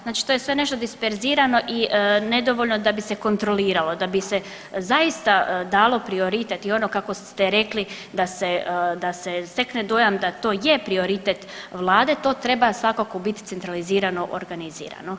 Znači to je sve nešto disperzirano i nedovoljno da bi se kontroliralo, da bi se zaista dalo prioritet i ono kako ste rekli da se stekne dojam da to je prioritet Vlade to treba svakako bit centralizirano organizirano.